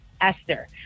Esther